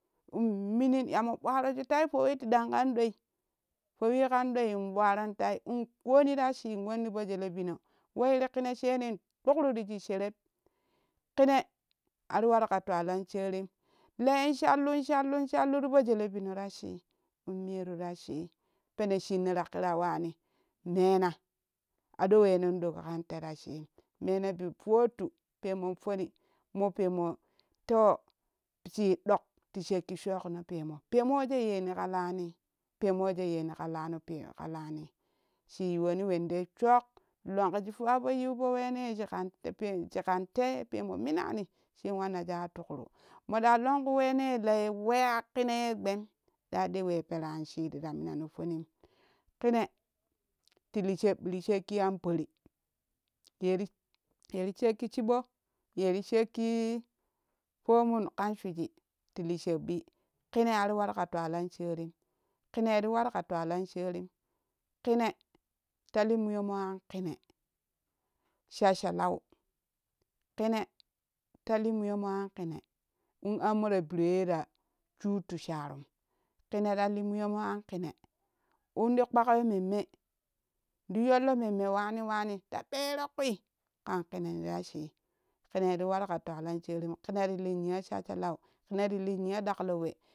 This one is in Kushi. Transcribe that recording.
Ln minnin ya mu ɓarotu tai fowii tiɗan kan do fowi kan doi in ɓwaron tai in koni ta shii in won ni fo jele bino wa yiru kine shin wa tukrufi shii shereb kine ari waru ka twarens sherim layne shallon shallu shallu ti po jele bino ta shii in meru ru shi pene shinno ti kira wani mena ado wenan dan kan te rashin ma na bi tottu pemori toni pemo to shi ɗok ti sheki shokni yamo pemo wojo yeni ka lani shii yowoni wen dei shok longkui shi fowa fo yiu fo wene shikan tai pemo minani shin wanna shin wa tukro mi ɗa longku wene haye we ya kine ye gbem ɗa do we perenshimta minano fonim kina ti li shebbi ti shek ki an pori ye ri sheki chibo yeri sheki pomun kan shuji ti lii shebbi kine ara waru ka twalan sherim kinei ri waru ka twalan sherim kine ta lii muyomo an kine shasshalau kene ta li muyommo kan kene in ammo ra biroye ra shuttu sharum kine ru li muyommu kan kine ln ti kpakyo memme ti yollo mumme wani wani ta ɓero ƙuui kan kina ne rashi kine ti waru kan twalan sherem kine ti lii niyo shasshalau kine ti li niyo ɗaklowe